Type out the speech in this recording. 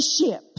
ship